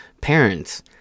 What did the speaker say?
parents